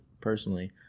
personally